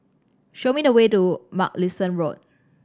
show me the way to Mugliston Road